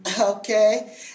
okay